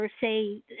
say